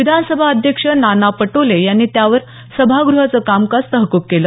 विधानसभा अध्यक्ष नाना पटोले यांनी त्यावर सभागृहाचं कामकाज तहकूब केलं